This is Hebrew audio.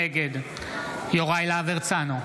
נגד יוראי להב הרצנו,